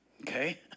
Okay